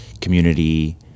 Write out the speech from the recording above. community